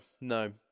no